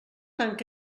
tant